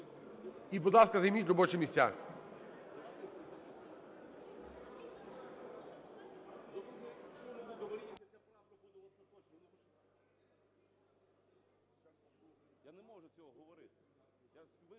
І, будь ласка, займіть робочі місця.